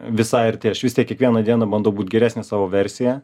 visai arti aš vis tiek kiekvieną dieną bandau nūt geresnė savo versija